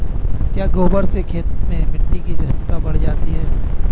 क्या गोबर से खेत में मिटी की क्षमता बढ़ जाती है?